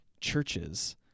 churches